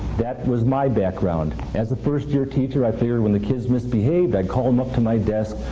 that was my background. as a first year teacher, i figured when the kids misbehaved, i'd call them up to my desk.